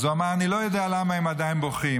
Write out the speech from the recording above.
אז הוא אמר: אני לא יודע למה הם עדיין בוכים,